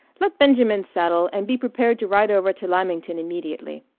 let benjamin saddle, and be prepared to ride over to lymington immediately.